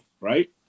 right